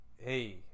hey